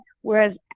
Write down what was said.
whereas